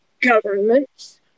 governments